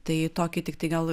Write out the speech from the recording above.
tai tokį tiktai gal